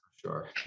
Sure